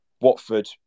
Watford